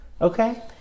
okay